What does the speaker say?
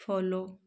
follow